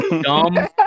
Dumb